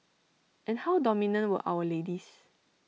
and how dominant were our ladies